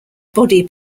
body